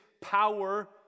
power